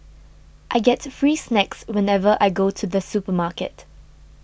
I get free snacks whenever I go to the supermarket